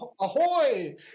ahoy